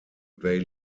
they